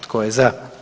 Tko je za?